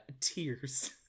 tears